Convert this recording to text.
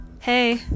hey